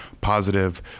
positive